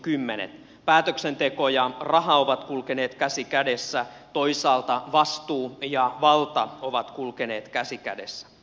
päätöksenteko ja raha ovat kulkeneet käsi kädessä toisaalta vastuu ja valta ovat kulkeneet käsi kädessä